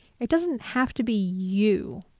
it doesn't have to be you.